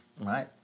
Right